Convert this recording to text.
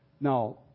Now